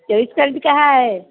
का है